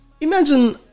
Imagine